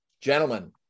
Gentlemen